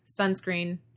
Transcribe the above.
sunscreen